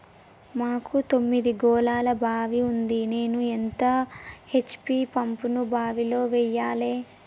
మాకు తొమ్మిది గోళాల బావి ఉంది నేను ఎంత హెచ్.పి పంపును బావిలో వెయ్యాలే?